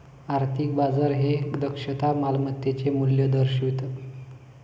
आर्थिक बाजार हे दक्षता मालमत्तेचे मूल्य दर्शवितं